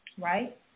Right